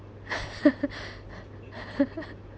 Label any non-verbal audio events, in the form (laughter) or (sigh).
(laughs)